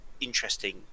interesting